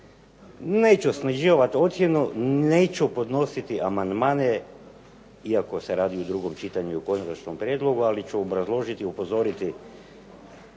neću snižavati ocjenu, neću podnositi amandmane iako se radi o drugom čitanju, u konačnom prijedlogu, ali ću obrazložiti upozoriti,